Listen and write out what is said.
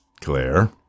Claire